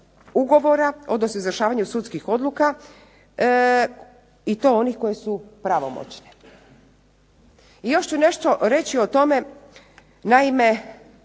ugovora, odnosno o izvršavanju sudskih odluka i to onih koje su pravomoćne. I još ću nešto reći o tome, naime